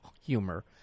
humor